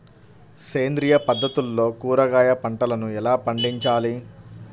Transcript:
సేంద్రియ పద్ధతుల్లో కూరగాయ పంటలను ఎలా పండించాలి?